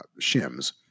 shims